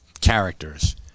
characters